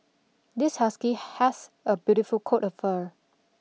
this husky has a beautiful coat of fur